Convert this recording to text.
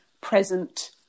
present